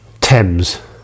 Thames